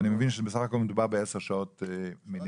ואני מבין שמדובר סך הכל בעשר שעות מינימום.